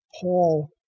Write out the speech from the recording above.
Paul